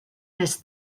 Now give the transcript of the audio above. més